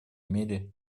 мере